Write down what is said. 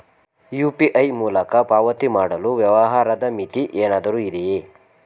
UPI ಮೂಲಕ ಪಾವತಿ ಮಾಡಲು ವ್ಯವಹಾರದ ಮಿತಿ ಏನಾದರೂ ಇದೆಯೇ?